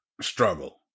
struggle